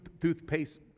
toothpaste